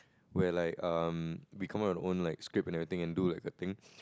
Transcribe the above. where like um we come up our own like script and everything and do like a thing